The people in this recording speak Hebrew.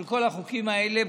של כל החוקים האלה,